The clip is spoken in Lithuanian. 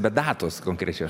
be datos konkrečios